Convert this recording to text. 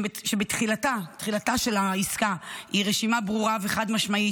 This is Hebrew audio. כשבתחילת העסקה יש רשימה ברורה וחד-משמעית